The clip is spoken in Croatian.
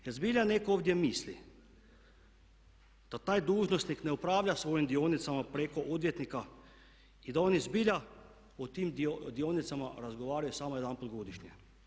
Jel' zbilja netko ovdje misli da taj dužnosnik ne upravlja svojim dionicama preko odvjetnika i da oni zbilja o tim dionicama razgovaraju samo jedanput godišnje.